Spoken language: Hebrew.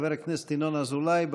חבר הכנסת ינון אזולאי,